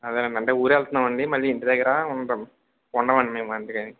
అదేలేండి అంటే ఊరు వెళ్తున్నాం అండి మళ్ళీ ఇంటి దగ్గర ఉండరు ఉండం అండి మేము అందుకని